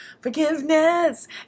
forgiveness